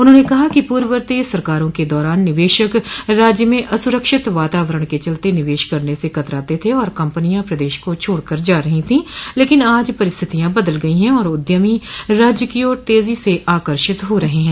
उन्होंने कहा कि पूर्ववर्ती सरकारों के दौरान निवेशक राज्य में अस्रक्षित वातावरण के चलते निवेश करने से कतराते थे और कम्पनियां प्रदेश को छोड़ कर जा रही थी लेकिन आज परिस्थितियां बदल गई है और उद्यमी राज्य की ओर तेजी से आकर्षित हो रहे हैं